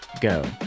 go